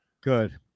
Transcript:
Good